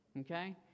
Okay